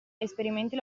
esperimenti